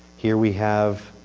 here we have